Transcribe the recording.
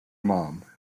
mom